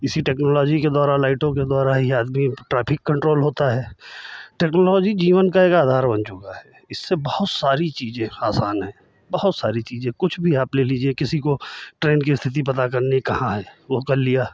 इसी टेक्नोलॉजी के द्वारा लाइटों के द्वारा ही आदमी ट्रैफिक कंट्रोल होता है टेक्नोलॉजी जीवन का एक आधार बन चुका है इससे बहुत सारी चीज़ें आसान हैं बहुत सारी चीज़ें कुछ भी आप ले लीजिए किसी को ट्रेन की स्थिति पता करनी कहाँ है वो कर लिया